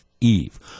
Eve